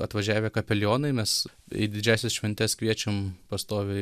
atvažiavę kapelionai mes į didžiąsias šventes kviečiam pastoviai